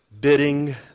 bidding